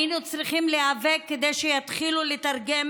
היינו צריכים להיאבק כדי שיתחילו לתרגם